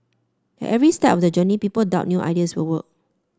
at every step of the journey people doubt new ideas will work